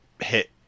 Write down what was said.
hit